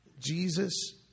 Jesus